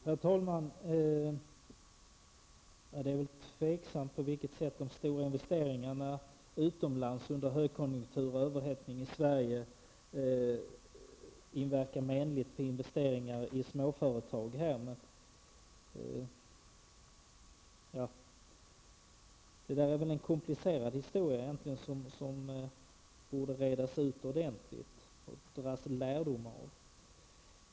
Herr talman! Det är tveksamt på vilket sätt de stora investeringarna utomlands under högkonjunktur och överhettning i Sverige inverkar menligt på investeringar i småföretag här. Det är en komplicerad historia som borde redas ut ordentligt och som man borde dra lärdom av.